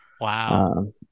Wow